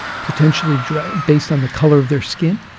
potentially dread, based on the color of their skin,